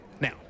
Now